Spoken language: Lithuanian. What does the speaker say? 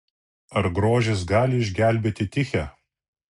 ar grožis gali išgelbėti tichę